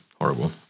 horrible